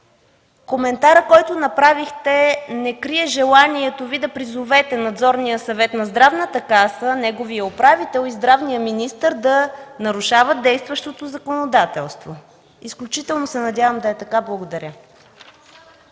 коментарът, който направихте, не крие желанието Ви да призовете Надзорния съвет на Здравната каса, неговият управител и здравният министър да нарушават действащото законодателство. Изключително се надявам да е така. Благодаря.